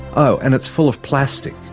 oh and it's full of plastic.